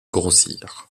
grossir